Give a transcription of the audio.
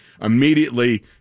immediately